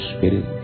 Spirit